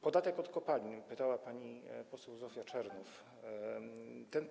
Podatek od kopalin - pytała pani poseł Zofia Czernow.